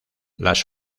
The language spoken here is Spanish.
las